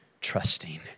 trusting